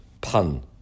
pun